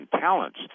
talents